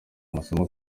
amasomo